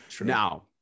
Now